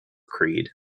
creed